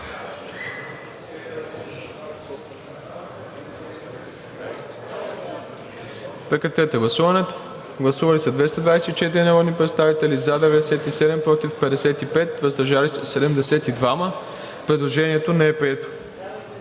режим на гласуване. Гласували 224 народни представители: за 97, против 55, въздържали се 72. Предложението не е прието.